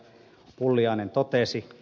pulliainen totesi